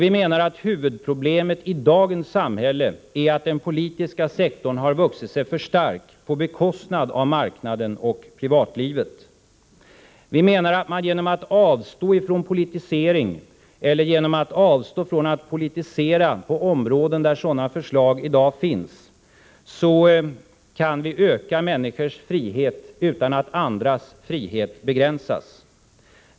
Vi menar att huvudproblemet i dagens samhälle är att den politiska sektorn har vuxit sig för stark på bekostnad av marknaden och privatlivet. Vi menar att vi genom att avpolitisera och genom att avstå från att politisera på områden där förslag om politisering föreligger kan öka människors frihet utan att andras frihet begränsas.